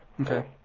Okay